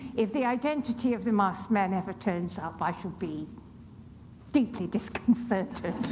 if the identity of the masked men ever turns up, i shall be deeply disconcerted.